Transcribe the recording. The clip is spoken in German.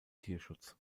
tierschutz